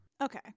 Okay